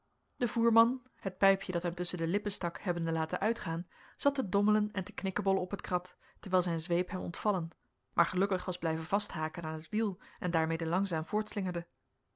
de voerman het pijpje dat hem tusschen de lippen stak hebbende laten uitgaan zat te dommelen en te knikkebollen op het krat terwijl zijn zweep hem ontvallen maar gelukkig was blijven vasthaken aan het wiel en daarmede langzaam